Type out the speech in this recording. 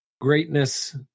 Greatness